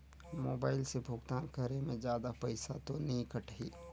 Mobile से भुगतान करे मे जादा पईसा तो नि कटही?